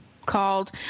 Called